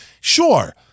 Sure